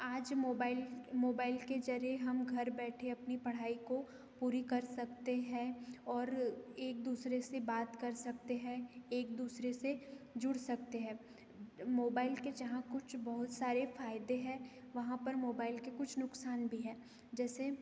आज mobile mobile के जरिए हम घर बैठे अपनी पढ़ाई को पूरी कर सकते हैं और एक दूसरे से बात कर सकते हैं एक दूसरे से जुड़ सकते हैं मोबाइल के जहाँ कुछ बहुत सारे फायदे हैं वहाँ पर मोबाइल के कुछ नुकसान भी हैं जैसे